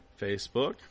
Facebook